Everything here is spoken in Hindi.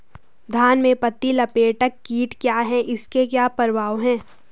धान में पत्ती लपेटक कीट क्या है इसके क्या प्रभाव हैं?